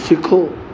सिखो